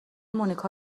مونیکا